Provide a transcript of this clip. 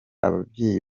ababyeyi